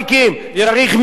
צריך מקווה.